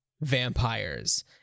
vampires